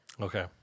Okay